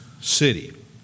city